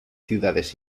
ciudades